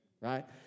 right